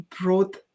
brought